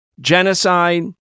genocide